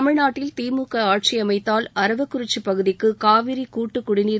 தமிழ்நாட்டில் திமுக ஆட்சியமைத்தால் அரவக்குறிச்சி பகுதிக்கு காவிரி கூட்டுக் குடிநீர்